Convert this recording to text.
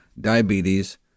diabetes